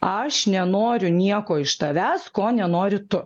aš nenoriu nieko iš tavęs ko nenori tu